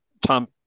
Tom